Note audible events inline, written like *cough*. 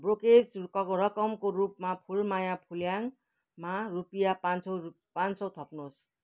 brokerage *unintelligible* रकमको रूपमा फुलमाया फुल्याङमा रुपियाँ पाँच सौ रु पाँच सौ थप्नुहोस्